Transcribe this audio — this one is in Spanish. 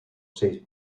seis